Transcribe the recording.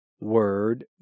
word